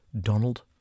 donald